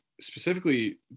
specifically